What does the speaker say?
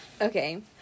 Okay